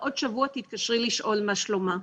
בעוד שבוע תתקשרי לשאול מה שלומה.."